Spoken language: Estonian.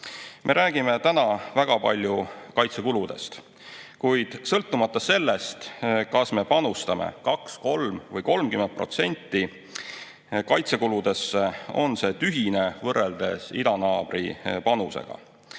Me räägime täna väga palju kaitsekuludest, kuid sõltumata sellest, kas me panustame 2%, 3% või 30% kaitsekuludesse, on see tühine võrreldes idanaabri panusega.